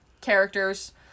characters